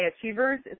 achievers